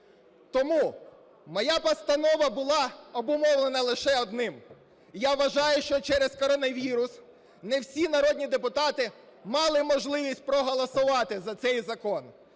Тому моя постанова була обумовлена лише одним. Я вважаю, що через коронавірус не всі народні депутати мали можливість проголосувати за цей закон.